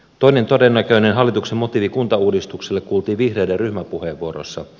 toinen todennäköinen hallituksen motiivi kuntauudistuksille kuultiin vihreiden ryhmäpuheenvuorossa